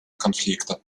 конфликта